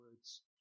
words